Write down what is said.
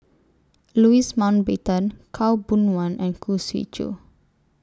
Louis Mountbatten Khaw Boon Wan and Khoo Swee Chiow